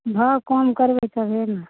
भाव कम करबै तबे ने